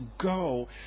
go